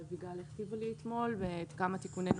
אביגיל הכתיבה לי אתמול וכמה תיקוני נוסח.